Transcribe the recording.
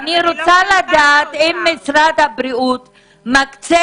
אני רוצה לדעת אם משרד הבריאות מקצה